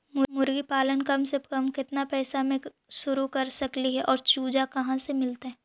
मरगा पालन कम से कम केतना पैसा में शुरू कर सकली हे और चुजा कहा से मिलतै?